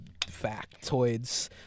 factoids